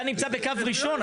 אתה נמצא בקו ראשון,